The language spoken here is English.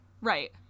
Right